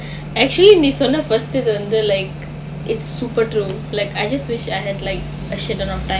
actually நீ சொன்ன:nee sonna first இது வந்து:ithu vanthu like it's super dumb like I just wish I had like a shit a lot time